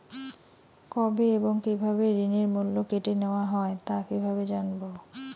কবে এবং কিভাবে ঋণের মূল্য কেটে নেওয়া হয় তা কিভাবে জানবো?